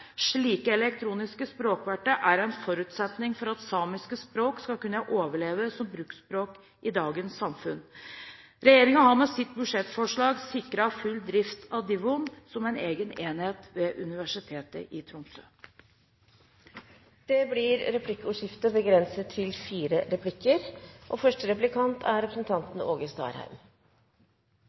Slike elektroniske språkverktøy er en forutsetning for at samiske språk skal kunne overleve som bruksspråk i dagens samfunn. Regjeringen har med sitt budsjettforslag sikret full drift av Divvun som en egen enhet ved Universitetet i Tromsø. Det blir replikkordskifte.